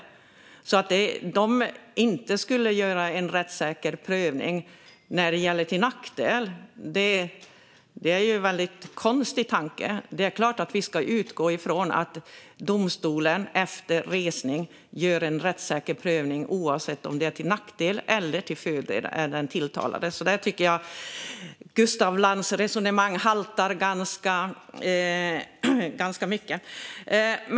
Att domstolen inte skulle göra en rättssäker prövning om det skulle vara till nackdel för den tilltalade är en väldigt konstig tanke. Det är klart att vi ska utgå från att domstolen efter resning gör en rättssäker prövning, oavsett om det är till nackdel eller till fördel för den tilltalade. Här tycker jag att Gustaf Lantz resonemang haltar ganska mycket.